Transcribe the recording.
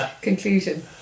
conclusion